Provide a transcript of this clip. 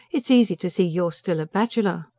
it's easy to see you're still a bachelor.